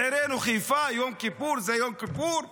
בעירנו חיפה יום כיפור זה יום כיפור,